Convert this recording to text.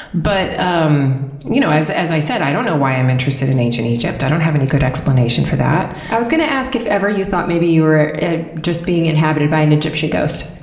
but um you know, as as i said, i don't know why i'm interested in ancient egypt. i don't have any good explanation for that. i was going to ask if ever you thought maybe you were just being inhabited by an egyptian ghost?